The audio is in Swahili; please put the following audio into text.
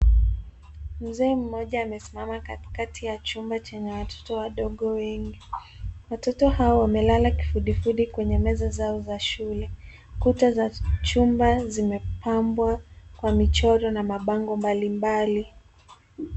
Mzee mmoja amesimama katikati ya chumba chenye watoto wadogo wengi. Watoto hao wamelala kifundifundi kwenye meza zao za shule. Kuta za chumba zimepambwa kwa michoro na mabango mbalimbali.